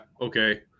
okay